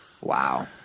Wow